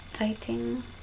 writing